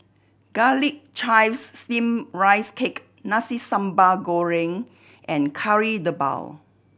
Garlic Chives Steamed Rice Cake Nasi Sambal Goreng and Kari Debal